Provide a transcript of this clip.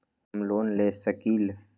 हम लोन ले सकील?